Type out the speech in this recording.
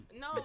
No